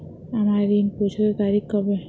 আমার ঋণ পরিশোধের তারিখ কবে?